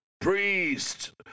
Priest